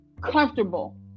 comfortable